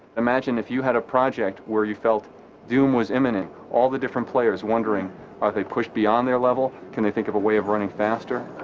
imagine if you had a project where you felt doom was imminent all the different players wondering are they pushed beyond their level can they think of way of running faster,